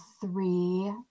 three